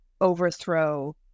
overthrow